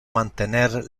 mantener